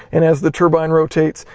and as the turbine rotates,